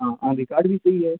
हाँ on record भी चाहिए